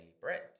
bread